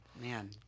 man